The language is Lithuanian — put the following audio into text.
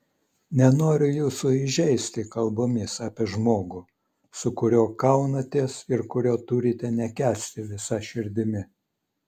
nenoriu jūsų įžeisti kalbomis apie žmogų su kuriuo kaunatės ir kurio turite nekęsti visa širdimi